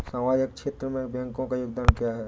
सामाजिक क्षेत्र में बैंकों का योगदान क्या है?